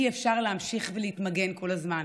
אי-אפשר להמשיך ולהתמגן כל הזמן,